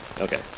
Okay